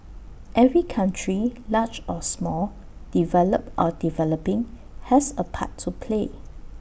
every country large or small developed or developing has A part to play